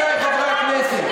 עמיתיי חברי הכנסת,